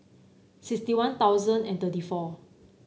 sixty One Thousand and thirty four